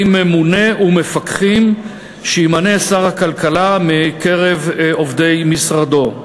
ממונה ומפקחים שימנה שר הכלכלה מקרב עובדי משרדו.